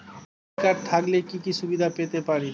Credit card থাকলে কি কি সুবিধা পেতে পারি?